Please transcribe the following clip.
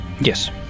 Yes